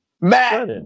Matt